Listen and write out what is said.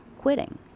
quitting